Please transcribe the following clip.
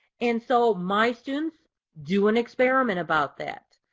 and so my students do an experiment about that.